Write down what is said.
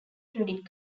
credit